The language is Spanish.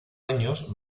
años